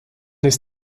ist